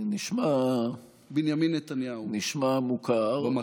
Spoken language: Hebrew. נשמע מוכר, בנימין נתניהו במקור.